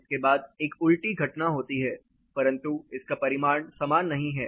इसके बाद एक उलटी घटना होती है परंतु इसका परिमाण समान नहीं है